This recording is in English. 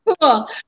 cool